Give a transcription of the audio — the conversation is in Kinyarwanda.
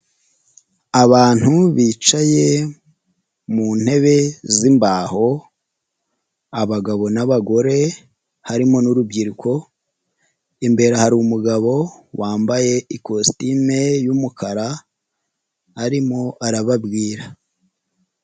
Abantu bicaye mu ntebe z'imbaho abagabo n'abagore harimo n'urubyiruko, imbere hari umugabo wambaye ikositime y'umukara arimo arababwira.